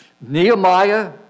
Nehemiah